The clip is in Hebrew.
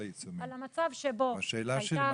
אנחנו דנים היום על ההפחתות.